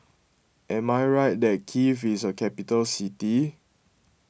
am I right that Kiev is a capital city